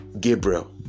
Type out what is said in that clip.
Gabriel